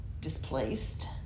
displaced